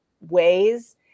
ways